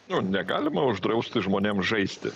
nu negalima uždrausti žmonėm žaisti